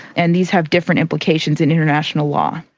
and these have different implications in international law.